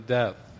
death